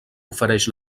ofereix